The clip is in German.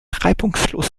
reibungslos